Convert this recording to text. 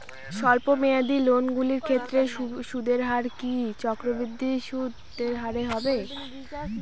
স্বল্প মেয়াদী লোনগুলির ক্ষেত্রে সুদের হার কি চক্রবৃদ্ধি হারে হবে?